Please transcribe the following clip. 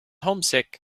homesick